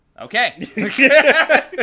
Okay